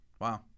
Wow